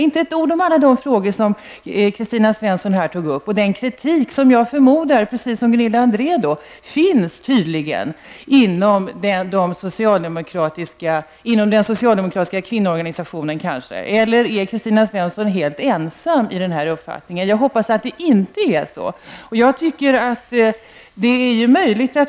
Inte ett ord om alla de frågor som Kristina Svensson här tog upp och den kritik som jag, precis som Gunilla André, förmodar finns inom den socialdemokratiska kvinnoorganisationen. Eller är kanske Kristina Svensson helt ensam i den här uppfattningen? Jag hoppas att det inte är så.